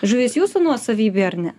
žuvys jūsų nuosavybė ar ne